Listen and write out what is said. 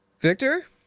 Victor